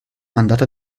andata